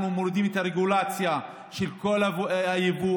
אנחנו מורידים את הרגולציה של כל היבוא,